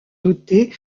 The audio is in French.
dotées